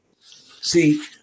See